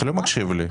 אתה לא מקשיב לי.